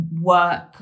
work